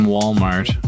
Walmart